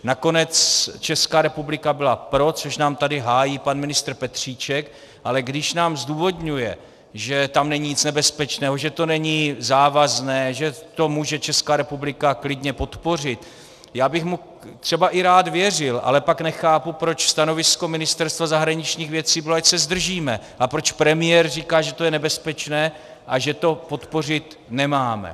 Nakonec Česká republika byla pro, což nám tady hájí pan ministr Petříček, ale když nám zdůvodňuje, že tam není nic nebezpečného, že to není závazné, že to může Česká republika klidně podpořit, já bych mu třeba i rád věřil, ale pak nechápu, proč stanovisko Ministerstva zahraničních věcí bylo, ať se zdržíme, a proč premiér říká, že to je nebezpečné a že to podpořit nemáme.